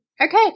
Okay